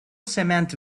cement